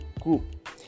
group